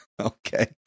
Okay